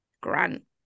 Grant